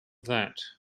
that